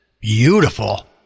Beautiful